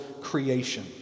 creation